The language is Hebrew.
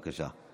בבקשה.